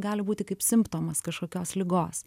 gali būti kaip simptomas kažkokios ligos